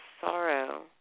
sorrow